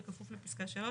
בכפוף לפסקה (3),